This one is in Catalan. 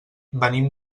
venim